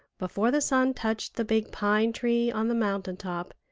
before the sun touched the big pine-tree on the mountain-top,